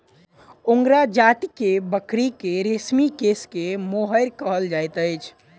angora जाति के बकरी के रेशमी केश के मोहैर कहल जाइत अछि